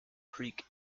creek